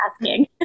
asking